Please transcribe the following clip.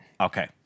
Okay